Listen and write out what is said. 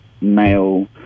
male